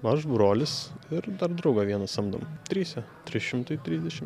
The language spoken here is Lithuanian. nu aš brolis ir dar draugą vieną samdom tryse trys šimtai trisdešim